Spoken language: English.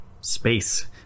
space